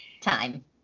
time